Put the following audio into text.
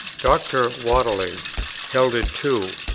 dr. whately held it too.